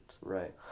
Right